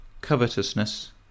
covetousness